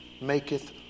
maketh